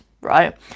right